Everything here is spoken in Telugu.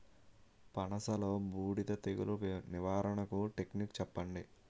పనస లో బూడిద తెగులు నివారణకు టెక్నిక్స్ చెప్పండి?